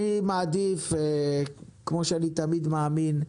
אני מעדיף, כמו שאני תמיד מאמין,